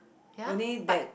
only that